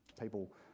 People